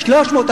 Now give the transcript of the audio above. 300,